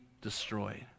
destroyed